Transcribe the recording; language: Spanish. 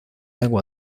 agua